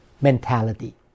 mentality